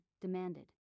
demanded